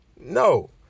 No